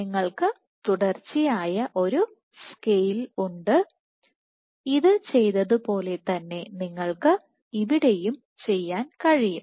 നിങ്ങൾക്ക് തുടർച്ചയായ ഒരു സ്കെയിൽ ഉണ്ട് ഇത് ചെയ്തതുപോലെ തന്നെ നിങ്ങൾക്ക് ഇവിടെയും ചെയ്യാൻ കഴിയും